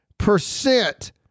Percent